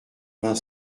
vingt